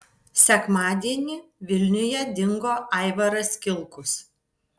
sekmadienį vilniuje dingo aivaras kilkus